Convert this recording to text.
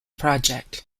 project